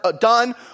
done